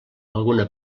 alguna